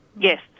Yes